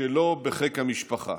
שלא בחיק המשפחה.